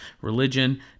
religion